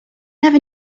never